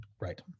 Right